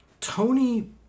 Tony